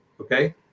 okay